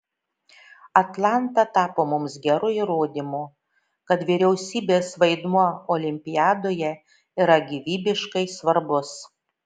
atlanta tapo mums geru įrodymu kad vyriausybės vaidmuo olimpiadoje yra gyvybiškai svarbus